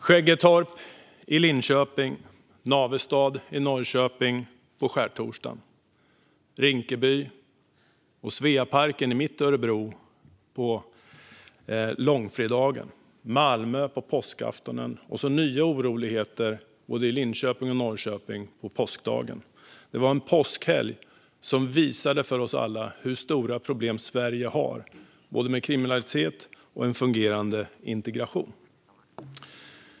Skäggetorp i Linköping och Navestad i Norrköping på skärtorsdagen, Rinkeby och Sveaparken i mitt Örebro på långfredagen, Malmö på påskaftonen och så nya oroligheter i både Linköping och Norrköping på påskdagen - det var en påskhelg som visade oss alla hur stora problem Sverige har med både kriminalitet och en fungerande integration.